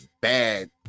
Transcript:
bad